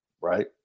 right